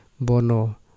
bono